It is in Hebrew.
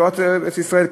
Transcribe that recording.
בתורת ארץ-ישראל,